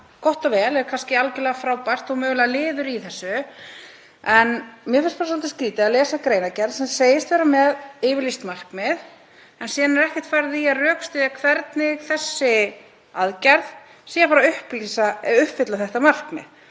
gott og vel er kannski algerlega frábært og mögulega liður í þessu. Mér finnst bara svolítið skrýtið að lesa greinargerð sem segist vera með yfirlýst markmið en síðan er ekkert farið í að rökstyðja hvernig þessi aðgerð eigi að uppfylla þetta markmið.